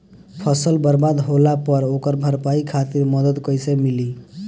फसल बर्बाद होला पर ओकर भरपाई खातिर मदद कइसे मिली?